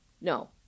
No